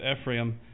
Ephraim